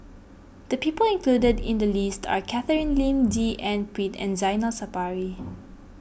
the people included in the list are Catherine Lim D N Pritt and Zainal Sapari